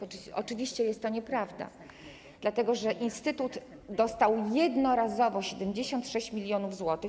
Oczywiście jest to nieprawda, dlatego że instytut dostał jednorazowo 76 mln zł.